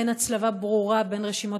2. למה אין הצלבה ברורה בין רשימות